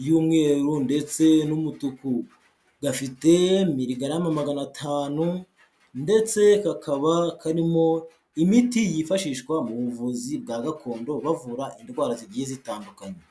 ry'umweru ndetse n'umutuku gafite miligarama magana atanu ndetse kakaba karimo imiti yifashishwa mu buvuzi bwa gakondo bavura indwara zigiye zitandukanye.